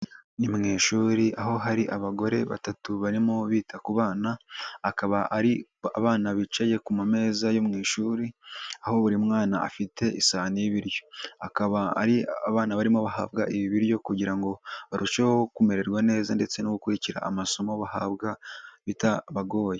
Ni mu ishuri aho hari abagore batatu barimo bita ku bana, akaba ari abana bicaye ku meza yo mu ishuri, aho buri mwana afite isahane y'ibiryo. Akaba ari abana barimo bahabwa ibi biryo, kugira ngo barusheho kumererwa neza, ndetse no gukurikira amasomo bahabwa bitabagoye.